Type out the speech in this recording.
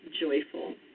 Joyful